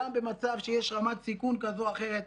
גם במצב שיש רמת סיכון כזו או אחרת,